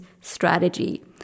strategy